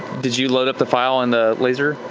did you load up the file on the laser?